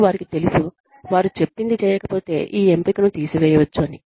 మరియు వారికి తెలుసు వారు చెప్పింది చేయకపోతే ఈ ఎంపికను తీసివేయవచ్చు అని